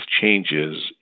changes